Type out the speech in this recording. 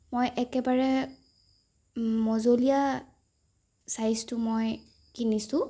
মই একেবাৰে মজলীয়া চাইজটো মই কিনিছোঁ